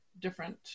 different